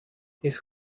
his